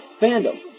Fandom